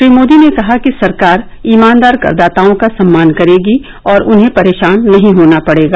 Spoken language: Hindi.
श्री मोदी ने कहा कि सरकार ईमानदार करदाताओं का सम्मान करेगी और उन्हें परेशान नहीं होना पड़ेगा